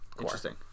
Interesting